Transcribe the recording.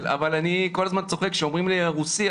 אבל אני כל הזמן צוחק כשאומרים לי: הרוסי.